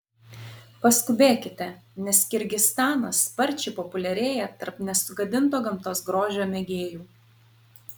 paskubėkite nes kirgizstanas sparčiai populiarėja tarp nesugadinto gamtos grožio mėgėjų